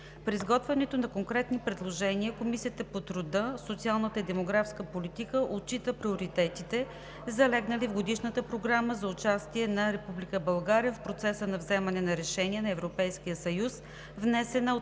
При изготвянето на конкретни предложения Комисията по труда, социалната и демографската политика отчита приоритетите, залегнали в Годишната програма за участие на Република България в процеса на вземане на решения на Европейския